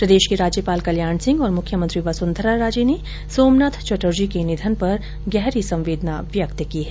प्रदेश के राज्यपाल कल्याण सिंह और मुख्यमंत्री वसुंधरा राजे ने सोमनाथ चटर्जी के निधन पर गहरी संवेदना व्यक्त की है